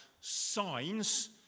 signs